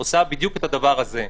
עושות בדיוק את הדבר הזה.